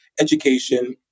education